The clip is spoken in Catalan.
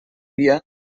via